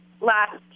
last